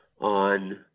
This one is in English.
on